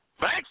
Thanks